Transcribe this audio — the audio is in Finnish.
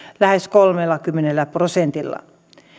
lähes kolmellakymmenellä prosentilla